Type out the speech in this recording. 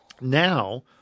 now